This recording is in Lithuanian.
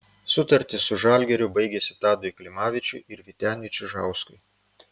sutartys su žalgiriu baigėsi tadui klimavičiui ir vyteniui čižauskui